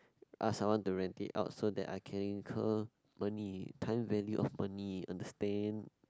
ask someone to rent it out so that I can incur money time value of money understand